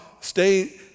stay